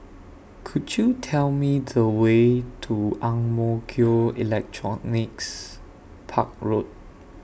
Could YOU Tell Me The Way to Ang Mo Kio Electronics Park Road